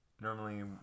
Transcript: normally